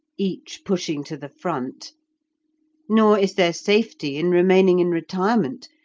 each pushing to the front nor is there safety in remaining in retirement,